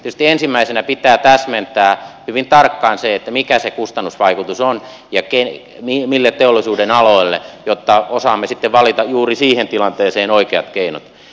tietysti ensimmäisenä pitää täsmentää hyvin tarkkaan se mikä se kustannusvaikutus on ja mille teollisuudenaloille jotta osaamme sitten valita juuri siihen tilanteeseen oikeat keinot